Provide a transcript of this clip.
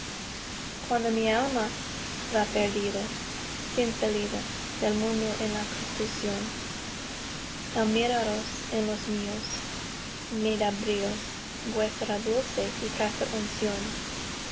cuando mi alma va perdida sin salida del mundo en la confusión al miraros en los míos me da bríos vuestra dulce y casta unción